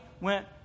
went